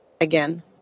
again